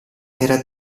era